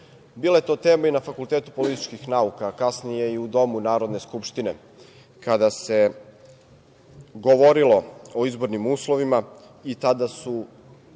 Bila je to tema i na fakultetu političkih nauka, a kasnije i u domu Narodne skupštine kada se govorilo o izbornim uslovima i tada su